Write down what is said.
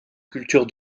culture